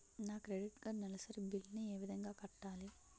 నా credit card నెలసరి bill ని ఏ విధంగా కట్టాలి?